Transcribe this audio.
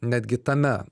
netgi tame